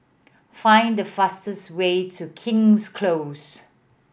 find the fastest way to King's Close